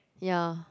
ya